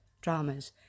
dramas